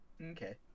Okay